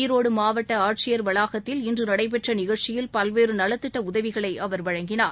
ஈரோடுமாவட்டஆட்சியர் வளாகத்தில் இன்றுநடைபெற்றநிகழ்ச்சியில் பல்வேறுநலத்திட்டஉதவிகளைஅவர் வழங்கினார்